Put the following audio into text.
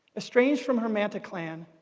estranged from her manta clan,